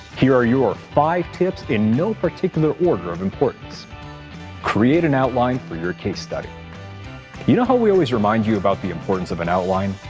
here are your five tips, in no particular order of importance create an outline for your case study you know how we always remind you about the importance of an outline?